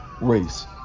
race